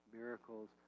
miracles